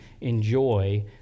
enjoy